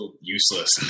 useless